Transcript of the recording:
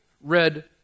red